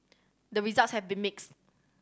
the results have been mixed